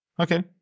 Okay